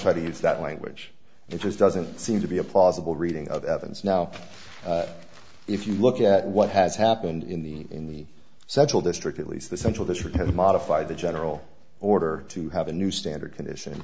try to use that language it just doesn't seem to be a plausible reading of evans now if you look at what has happened in the in the central district at least the central district has modified the general order to have a new standard condition